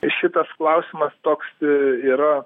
šitas klausimas toks yra